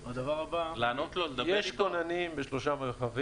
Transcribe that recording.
יש כוננים בשלושה מרחבים.